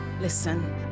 Listen